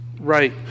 Right